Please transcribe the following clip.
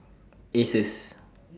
Asus